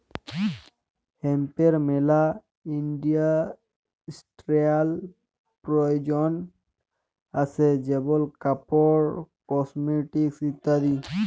হেম্পের মেলা ইন্ডাস্ট্রিয়াল প্রয়জন আসে যেমন কাপড়, কসমেটিকস ইত্যাদি